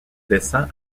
dessin